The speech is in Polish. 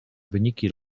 wyniki